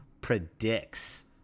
predicts